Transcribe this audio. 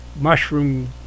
mushroom